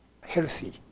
healthy